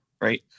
right